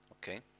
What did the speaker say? Okay